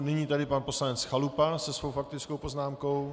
Nyní pan poslanec Chalupa se svou faktickou poznámkou.